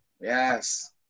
Yes